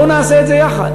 בואו נעשה את זה יחד.